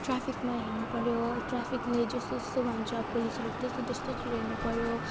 ट्राफिकमा हिँड्नु पर्यो ट्राफिकले जस्तो जस्तो भन्छ पुलिसहरू त्यस्तो त्यस्तोतिर हिँड्नु पर्यो